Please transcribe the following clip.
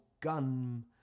Gun